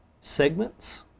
segments